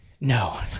No